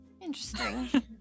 Interesting